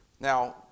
Now